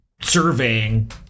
surveying